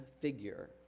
figure